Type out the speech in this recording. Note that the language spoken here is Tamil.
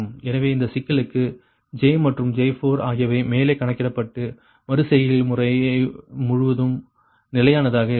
எனவே இந்தச் சிக்கலுக்கு J மற்றும் J4 ஆகியவை மேலே கணக்கிடப்பட்டு மறுசெயல்முறை முழுவதும் நிலையானதாக இருக்கும்